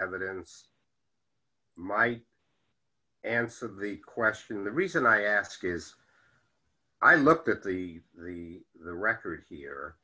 evidence my answer the question the reason i ask is i looked at the the the record here